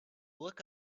look